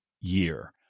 year